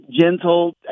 gentle